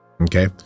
Okay